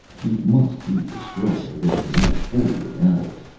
he must be destroyed, within the next forty-eight hours.